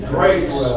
Grace